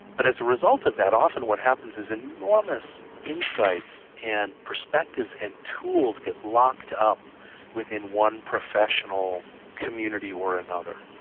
but as a result of that often what happens is enormous insights and perspectives and tools get locked up within one professional community or another,